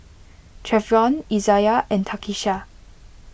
Treyvon Izayah and Takisha